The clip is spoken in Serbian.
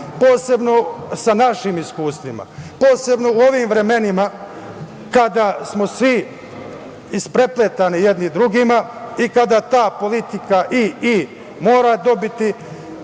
posebno sa našim iskustvima, posebno u ovim vremenima kada smo svi isprepleteni jedni drugima i kada ta politika "i i" mora dobiti